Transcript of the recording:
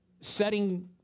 setting